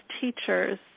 teachers